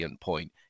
point